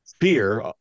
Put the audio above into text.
fear